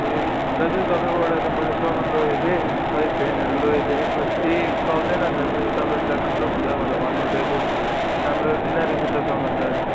ए दाजु तपाईँकोबाट त मैले सामान लोगेको थिएँ खै फ्यानहरू लगेको थिएँ खै केही चल्दैन रहेछ त यो तपाईँले त राम्रो हुन्छ भनेर भन्नु हुँदैथ्यो राम्रो रैन रैछ त सामान त अनि